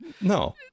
No